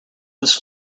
this